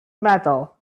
metal